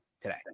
today